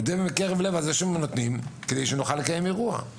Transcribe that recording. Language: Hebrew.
מודה מקרב לב על זה שהוא נותן כדי שנוכל לקיים אירוע.